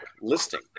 listing